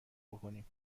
بکنیم